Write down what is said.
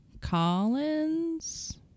Collins